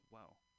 Wow